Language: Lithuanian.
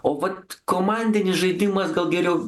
o vat komandinis žaidimas gal geriau